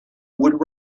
would